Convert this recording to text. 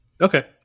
Okay